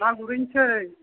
ना गुरहैनिसै